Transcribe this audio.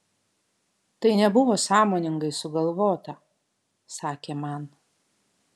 tai nebuvo sąmoningai sugalvota sakė man